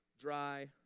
dry